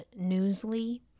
Newsly